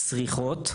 צריכות,